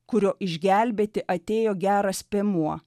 kurio išgelbėti atėjo geras piemuo